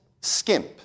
skimp